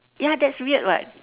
ya that's weird [what]